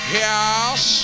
Yes